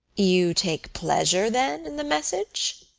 you take pleasure then in the message?